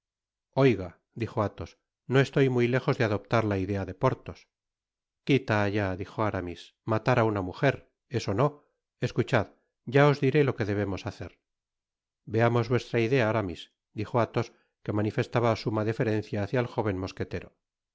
oiga dijo athos no estoy muy lejos de adoptar la idea de porthos quita allá dijo aramis matar á una mujer eso no escuchad ya os diré lo que debemos hacer veamos vuestra idea aramis dijo athos que manifestaba suma deferencia hácia el jóven mosquetero